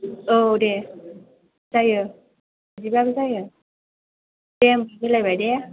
औ दे जायो बिदिबाबो जायो दे होनबा मिलायबाय दे